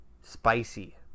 spicy